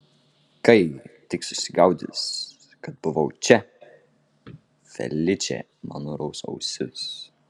kai tik susigaudys kad buvau čia feličė man nuraus ausis